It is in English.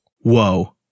Whoa